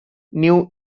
new